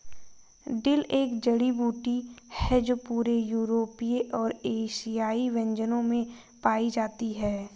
dill एक जड़ी बूटी है जो पूरे यूरोपीय और एशियाई व्यंजनों में पाई जाती है